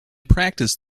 practice